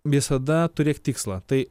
visada turėk tikslą tai